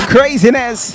Craziness